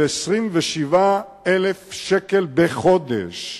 של 27,000 שקל בחודש.